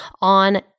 on